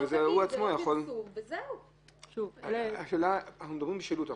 אנחנו מדברים על שילוט,